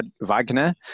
Wagner